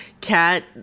Cat